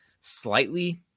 slightly